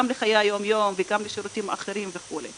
גם בחיי היום יום וגם בשירותים אחרים וכו'.